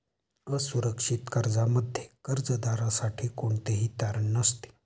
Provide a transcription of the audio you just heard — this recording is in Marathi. असुरक्षित कर्जामध्ये कर्जदारासाठी कोणतेही तारण नसते